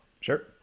sure